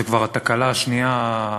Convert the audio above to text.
אני חושב שזו כבר התקלה השנייה היום,